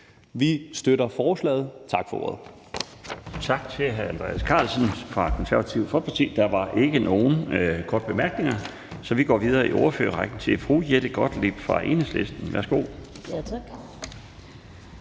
Vi støtter forslaget. Tak for ordet.